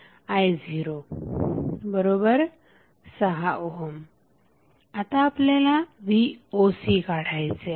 RTh1Vi06Ω आता आपल्याला vocकाढायचे आहे